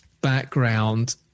background